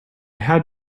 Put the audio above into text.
had